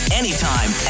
anytime